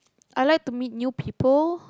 I like to meet new people